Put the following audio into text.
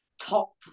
top